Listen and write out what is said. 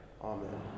Amen